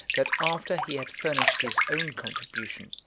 that after he had furnished his own contribution,